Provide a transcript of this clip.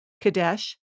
Kadesh